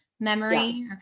Memory